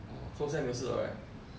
so 现在没事 liao right